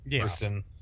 person